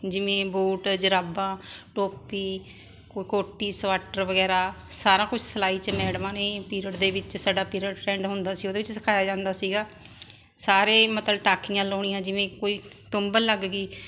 ਜਿਵੇਂ ਬੂਟ ਜੁਰਾਬਾਂ ਟੋਪੀ ਕੋਟੀ ਸਵੱਟਰ ਵਗੈਰਾ ਸਾਰਾ ਕੁਛ ਸਿਲਾਈ 'ਚ ਮੈਡਮਾਂ ਨੇ ਪੀਰੀਅਡ ਦੇ ਵਿੱਚ ਸਾਡਾ ਪੀਰੀਅਡ ਫਰੈਂਡ ਹੁੰਦਾ ਸੀ ਉਹਦੇ ਵਿੱਚ ਸਿਖਾਇਆ ਜਾਂਦਾ ਸੀਗਾ ਸਾਰੇ ਮਤਲਬ ਟਾਕੀਆਂ ਲਾਉਣੀਆਂ ਜਿਵੇਂ ਕੋਈ ਤੁੰਬਲ ਲੱਗ ਗਈ